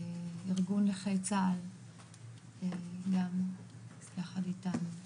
ארגון נכי צה"ל גם יחד איתנו,